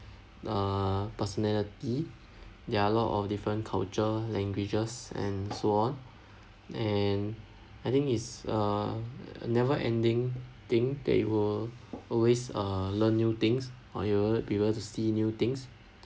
uh personality there're a lot of different cultures languages and so on and I think it's a never ending thing that it will always uh learn new things or you will be able to see new things